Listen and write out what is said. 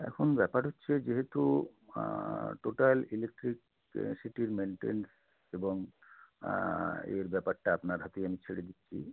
এখন ব্যাপার হচ্ছে যেহেতু টোটাল ইলেকট্রিসিটি মেনটেনেন্স এবং এর ব্যাপারটা আপনার হাতেই আমি ছেড়ে দিচ্ছি